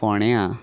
फोण्या